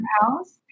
house